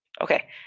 Okay